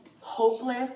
hopeless